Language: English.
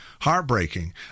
heartbreaking